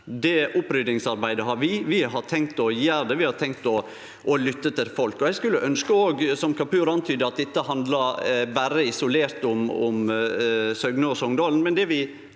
Det oppryddingsarbeidet har vi teke på oss. Vi har tenkt å gjere det, vi har tenkt å lytte til folk. Eg skulle ønskje, som òg Kapur antyda, at dette handla berre isolert om Søgne og Songdalen,